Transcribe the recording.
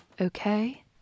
okay